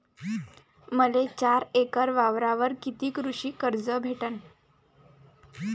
मले चार एकर वावरावर कितीक कृषी कर्ज भेटन?